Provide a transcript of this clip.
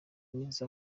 iminsi